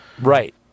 Right